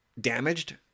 damaged